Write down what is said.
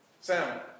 Sam